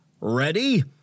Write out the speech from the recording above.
Ready